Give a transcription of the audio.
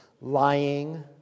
lying